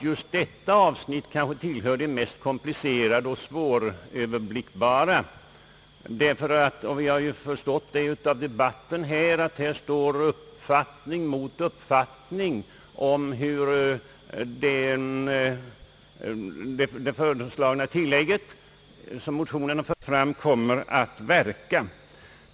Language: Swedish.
Just detta avsnitt tillhör också de mest komplicerade och svåröverblickbara, ty här står — som vi har förstått av debatten — uppfattning mot uppfattning om hur det tilllägg som föreslagits i motionen kommer att verka.